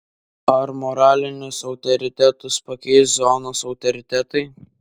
ar moralinius autoritetus pakeis zonos autoritetai